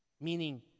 Meaning